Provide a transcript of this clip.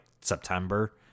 september